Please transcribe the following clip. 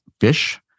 fish